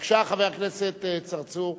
בבקשה, חבר הכנסת צרצור.